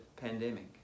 pandemic